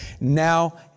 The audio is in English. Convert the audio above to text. now